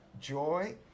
Joy